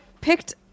picked